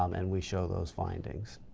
um and we show those findings.